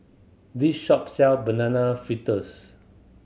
this shop sell banana fitters